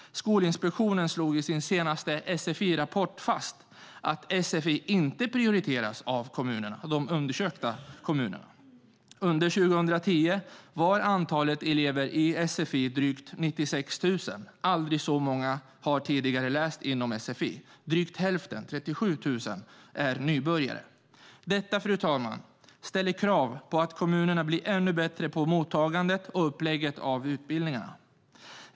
Skolinspektionen slog i sin senaste sfi-rapport fast att sfi inte prioriteras av de undersökta kommunerna. Under 2010 var antalet elever i sfi drygt 96 000. Aldrig tidigare har så många läst inom sfi. Drygt hälften, 37 000, var nybörjare. Detta ställer krav på kommunerna att bli ännu bättre på mottagandet och upplägget av utbildningarna.